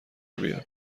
بیاد